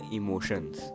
emotions